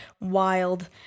wild